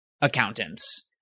accountants